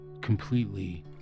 completely